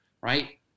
right